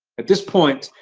at this point,